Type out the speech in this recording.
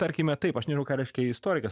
tarkime taip aš nežinau ką reiškia istorikas